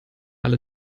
alle